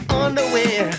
underwear